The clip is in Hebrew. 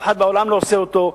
אף אחד בעולם לא עושה אותו,